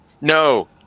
No